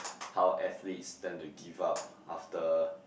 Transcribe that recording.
how athletics tend to give up after